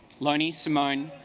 loney simone